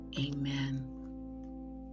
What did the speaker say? Amen